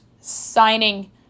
signing